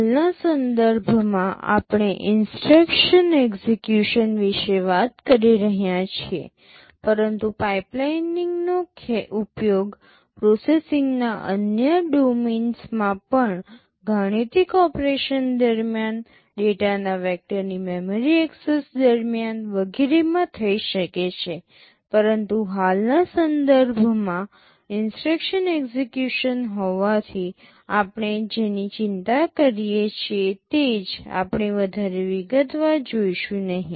હાલના સંદર્ભમાં આપણે ઇન્સટ્રક્શન એક્સેકયુશન વિશે વાત કરી રહ્યા છીએ પરંતુ પાઈપલાઈનિંગનો ઉપયોગ પ્રોસેસિંગના અન્ય ડોમેન્સ માં પણ ગાણિતિક ઓપરેશન્સ દરમિયાન ડેટાના વેક્ટરની મેમરી એક્સેસ દરમિયાન વગેરેમાં થઈ શકે છે પરંતુ હાલના સંદર્ભમાં ઇન્સટ્રક્શન એક્સેકયુશન હોવાથી આપણે જેની ચિંતા કરીએ છીએ તે જ આપણે વધારે વિગતવાર જોઈશું નહીં